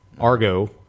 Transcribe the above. Argo